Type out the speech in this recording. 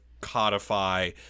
codify